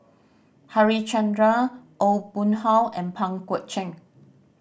Harichandra Aw Boon Haw and Pang Guek Cheng